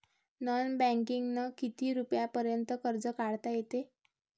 Non बँकिंगनं किती रुपयापर्यंत कर्ज काढता येते?